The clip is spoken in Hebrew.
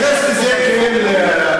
תתייחס אל זה כאל משהו,